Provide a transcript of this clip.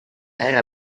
era